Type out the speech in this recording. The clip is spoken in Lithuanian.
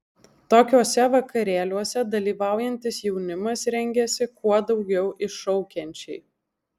tokiuose vakarėliuose dalyvaujantis jaunimas rengiasi kuo daugiau iššaukiančiai